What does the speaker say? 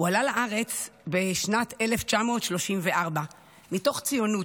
הוא עלה לארץ בשנת 1934 מתוך ציונות,